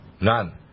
none